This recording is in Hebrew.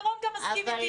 מירום גם מסכים אתי,